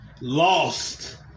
lost